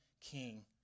king